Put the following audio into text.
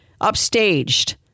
Upstaged